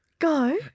Go